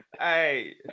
Hey